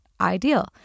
Ideal